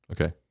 Okay